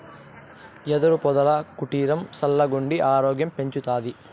యెదురు పొదల కుటీరం సల్లగుండి ఆరోగ్యం పెంచతాది